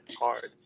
Hard